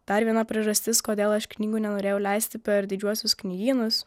dar viena priežastis kodėl aš knygų nenorėjau leisti per didžiuosius knygynus